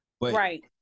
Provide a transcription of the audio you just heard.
Right